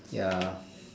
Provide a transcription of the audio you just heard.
ya